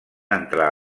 entrar